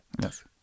Yes